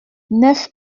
neuf